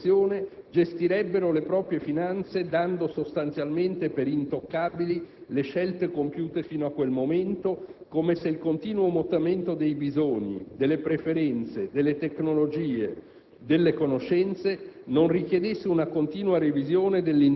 Ma nessuna famiglia, nessuna impresa, nessuna organizzazione gestirebbero le proprie finanze dando sostanzialmente per intoccabili le scelte compiute fino a quel momento, come se il continuo mutamento dei bisogni, delle preferenze, delle tecnologie